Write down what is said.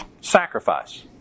Sacrifice